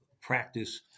practice